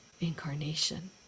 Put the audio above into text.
incarnation